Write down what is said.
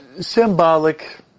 symbolic